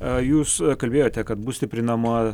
a jūs kalbėjote kad bus stiprinama